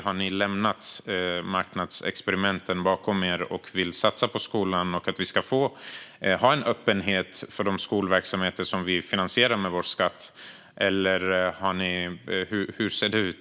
Har ni lämnat marknadsexperimenten bakom er och vill satsa på skolan och att vi ska ha en öppenhet för de skolverksamheter som vi finansierar med vår skatt?